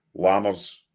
Lammers